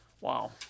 wow